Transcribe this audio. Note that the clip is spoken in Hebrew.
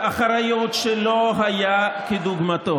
באמת, משום דבר אין לכם כאבי בטן.